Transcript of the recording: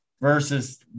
versus